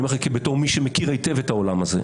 אני אומר לך בתור מי שמכיר היטב את העולם הזה.